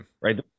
right